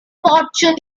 fortune